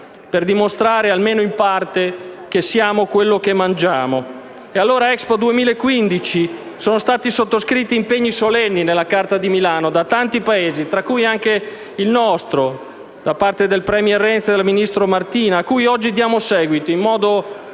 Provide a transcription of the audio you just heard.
per dimostrare, almeno in parte, che siamo quello che mangiamo. A proposito di Expo 2015 sono stati sottoscritti impegni solenni nella Carta di Milano, da tanti Paesi, tra cui anche il nostro, con il *premier* Renzi e il ministro Martina, a cui oggi diamo seguito in modo